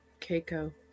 Keiko